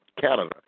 Canada